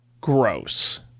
Gross